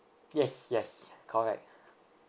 yes yes correct